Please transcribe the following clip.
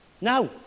now